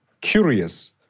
curious